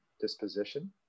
disposition